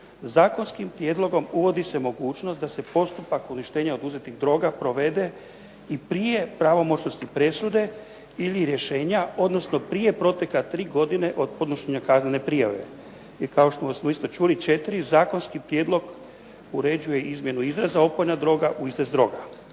zakonskim prijedlogom uvodi se mogućnost da se postupak uništenja oduzetih droga provede i prije pravomoćnosti presude ili rješenja, odnosno prije proteka tri godine od podnošenja kaznene prijave I kao što smo isto čuli, 4 zakonski prijedlog uređuje izmjenu izraza opojna droga u izraz droga.